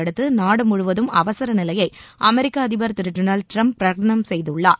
அடுத்து நாடு முழுவதும் அவசர நிலையை அமெரிக்க அதிபர் திரு டொனால்டு டிரம்ப் பிரகடனம் செய்துள்ளார்